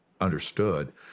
understood